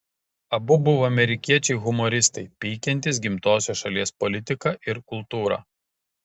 abu buvo amerikiečiai humoristai peikiantys gimtosios šalies politiką ir kultūrą